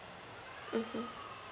mmhmm